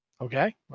Okay